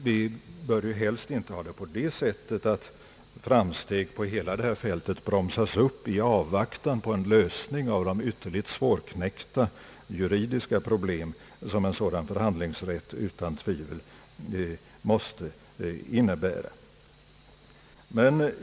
Vi bör helst inte ordna på det sättet att framsteg på hela fältet bromsas upp i avvaktan på en lösning av de ytterligt svårknäckta juridiska problem som en sådan förhandlingsrätt utan tvivel måste innebära.